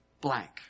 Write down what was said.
blank